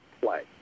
play